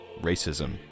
Racism